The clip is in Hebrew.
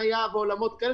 חניה ודברים כאלה,